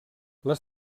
les